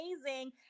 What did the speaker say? amazing